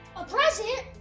a present?